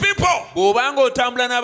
people